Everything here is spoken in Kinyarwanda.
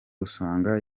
usanga